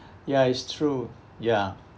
ya it's true ya